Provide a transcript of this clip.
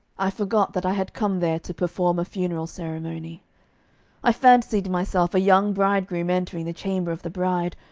i forgot that i had come there to perform a funeral ceremony i fancied myself a young bridegroom entering the chamber of the bride,